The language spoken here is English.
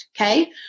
okay